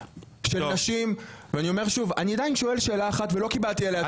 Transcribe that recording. אני עדיין שואל שאלה אחת ולא קיבלתי עליה תשובה.